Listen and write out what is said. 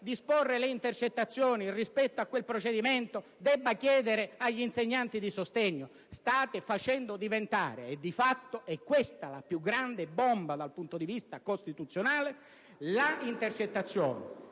disporre le intercettazioni rispetto a quel procedimento debba chiedere agli insegnanti di sostegno? Sotto il profilo giuridico state facendo diventare - e di fatto è questa la più grande bomba dal punto di vista costituzionale - l'intercettazione,